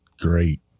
great